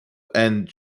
and